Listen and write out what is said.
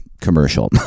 commercial